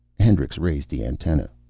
hendricks raised the antenna.